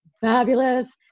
fabulous